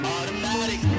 Automatic